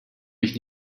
mich